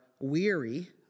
weary